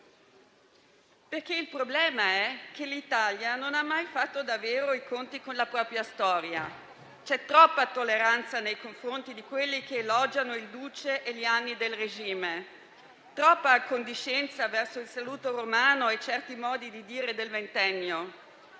problema, infatti, è che l'Italia non ha mai fatto davvero i conti con la propria storia. C'è troppa tolleranza nei confronti di quelli che elogiano il duce e gli anni del regime; troppa condiscendenza verso il saluto romano e certi modi di dire del ventennio;